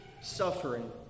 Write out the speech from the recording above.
suffering